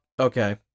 okay